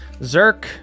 Zerk